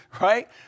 right